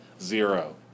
Zero